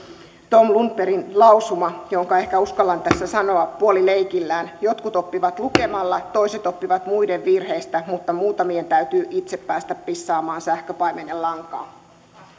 tom lundbergin lausuma jonka ehkä uskallan tässä sanoa puolileikilläni jotkut oppivat lukemalla toiset oppivat muiden virheistä mutta muutamien täytyy itse päästä pissaamaan sähköpaimenen lankaan